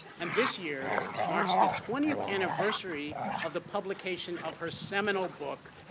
and this year marks the twentieth anniversary of the publication of her seminal book.